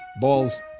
balls